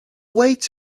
wait